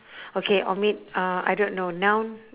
okay omit uh I don't know noun